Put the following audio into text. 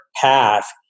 path